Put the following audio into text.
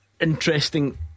interesting